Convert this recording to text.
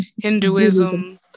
Hinduism